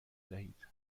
دهید